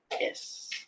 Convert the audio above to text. Yes